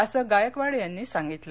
असं गायकवाड यांनी सांगितलं